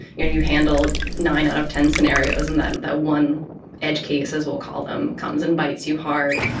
you and you handle nine out of ten scenarios and then that one edge case, as we'll call them, comes and bites you hard.